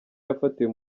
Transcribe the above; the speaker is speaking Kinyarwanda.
yafatiwe